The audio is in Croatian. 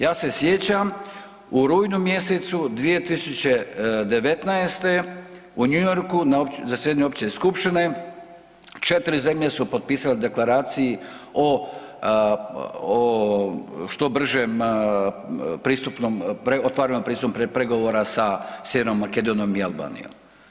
Ja se sjećam u rujnu mjesecu 2019. u New Yorku na zasjedanju opće skupštine 4 zemlje su potpisale deklaraciju o što bržem pristupnom, otvaranju pristupnih pregovora sa Sjevernom Makedonijom i Albanijom.